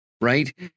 right